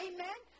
Amen